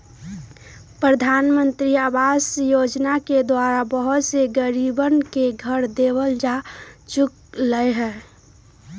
प्रधानमंत्री आवास योजना के द्वारा बहुत से गरीबन के घर देवल जा चुक लय है